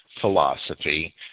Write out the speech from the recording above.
philosophy